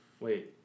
Wait